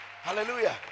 Hallelujah